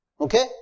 Okay